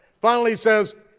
finally he says,